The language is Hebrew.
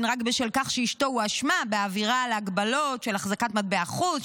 רק בשל כך שאשתו הואשמה בעבירה על הגבלות של החזקת מטבע חוץ,